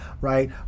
right